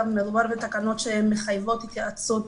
גם מדובר בתקנות שמחייבות התייעצות